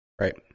Right